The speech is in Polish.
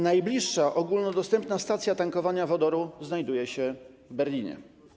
Najbliższa ogólnodostępna stacja tankowania wodoru znajduje się w Berlinie.